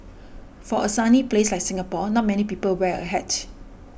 for a sunny place like Singapore not many people wear a hat